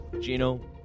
Gino